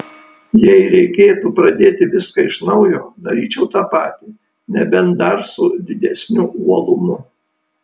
jei reikėtų pradėti viską iš naujo daryčiau tą patį nebent dar su didesniu uolumu